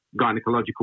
gynecological